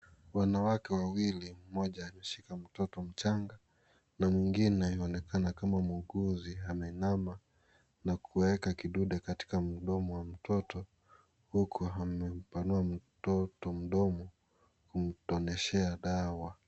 Wanawake wawili, mmoja ameshika mtoto mchanga na mwingine kuonakana kama muuguzi ameinama na kueka kidude katika mdomo wa mtoto huku amempanua mtoto mdomo kumtoneshea dawa.